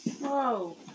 Whoa